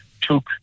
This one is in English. took